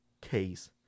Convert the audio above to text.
case